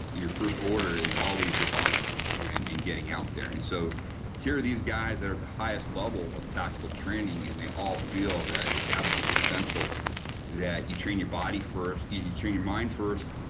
your first order is always your body and and getting out there and so here are these guys, they're at the highest level of tactical training and they all feel that it's absolute essential that you train your body first, you train your mind first,